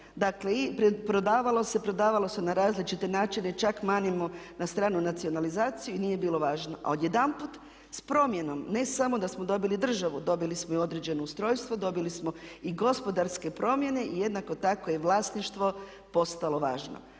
Dakle i prodavalo se, prodavalo se na različite načine. Čak manimo na stranu nacionalizaciju i nije bilo važno. A odjedanput s promjenom ne samo da smo dobili državu, dobili smo i određeno ustrojstvo, dobili smo i gospodarske promjene i jednako tako je vlasništvo postalo važno.